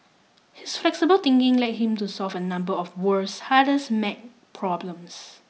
his flexible thinking led him to solve a number of the world's hardest math problems